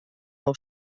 nou